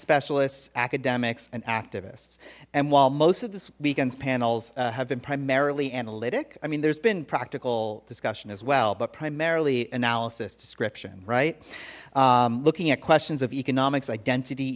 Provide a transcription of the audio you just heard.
specialists academics and activists and while most of this weekend's panels have been primarily analytic i mean there's been practical discussion as well but primarily analysis description right looking at questions of economics identity